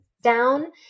down